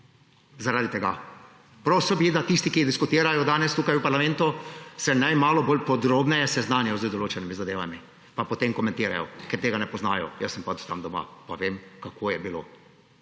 Zaradi tega. Prosil bi, da se tisti, ki diskutirajo danes tukaj v parlamentu, malo podrobneje seznanijo z določenimi zadevami pa potem komentirajo. Ker tega ne poznajo, jaz pa sem od tam doma pa vem, kako je bilo.